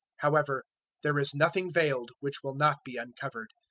however there is nothing veiled which will not be uncovered,